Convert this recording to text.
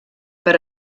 per